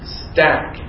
stack